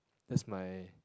that's my